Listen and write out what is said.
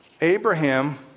Abraham